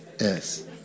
Yes